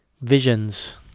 visions